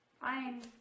Fine